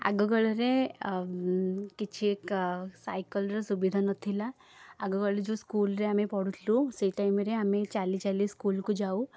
ଆଗକାଳରେ କିଛି କ ସାଇକେଲ୍ର ସୁବିଧା ନଥିଲା ଆଗକାଳରେ ଯେଉଁ ସ୍କୁଲ୍ରେ ଆମେ ପଢ଼ୁଥିଲୁ ସେଇ ଟାଇମ୍ରେ ଆମେ ଚାଲିଚାଲି ସ୍କୁଲ୍କୁ ଯାଉ